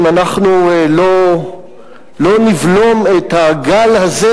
אם אנחנו לא נבלום את הגל הזה,